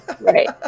Right